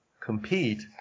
compete